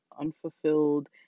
unfulfilled